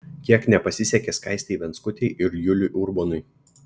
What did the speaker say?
kiek nepasisekė skaistei venckutei ir juliui urbonui